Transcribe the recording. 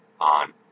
on